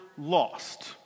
lost